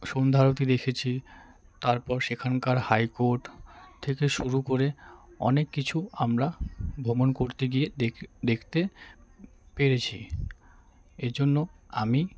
সন্ধ্যা আরতি দেখেছি তারপর সেখানকার হাইকোর্ট থেকে শুরু করে অনেক কিছু আমরা ভ্রমণ করতে গিয়ে দেখ দেখতে পেরেছি এ জন্য আমি